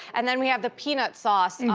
and then we have the peanut sauce.